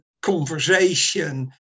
conversation